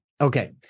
Okay